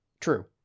true